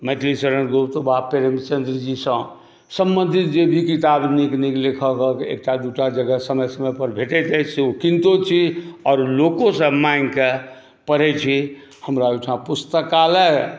मैथिलीशरण गुप्त वा प्रेमचन्दजीसँ सम्बन्धित जे भी किताब नीक नीक लेखकके एकटा दू टा जगह समय समयपर भेटैत अछि से किनतो छी आओर लोकसँ माँगिकऽ पढ़ै छी हमरा ओहिठाम पुस्तकालय